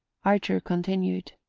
archer continued,